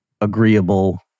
agreeable